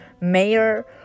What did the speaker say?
mayor